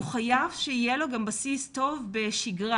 הוא חייב שיהיה לו גם בסיס טוב בשגרה.